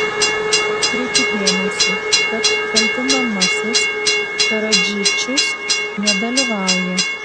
atkreipiu dėmesį kad kaltinamasis karadžičius nedalyvauja